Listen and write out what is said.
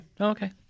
Okay